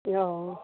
ओ